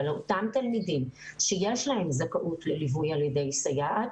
אבל אותם תלמידים שיש להם זכאות לליווי על ידי סייעת,